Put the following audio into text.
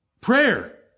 Prayer